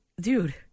dude